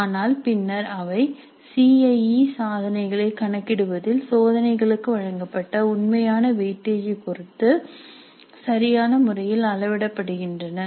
ஆனால் பின்னர் அவை CIE சாதனைகளை கணக்கிடுவதில் சோதனைகளுக்கு வழங்கப்பட்ட உண்மையான வெயிட்டேஜைப் பொறுத்து சரியான முறையில் அளவிடப்படுகின்றன